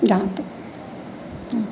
जहाँ तक हाँ